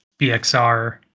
BXR